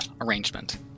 arrangement